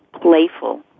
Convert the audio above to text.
playful